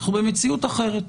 אנחנו במציאות אחרת.